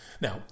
Now